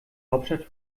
hauptstadt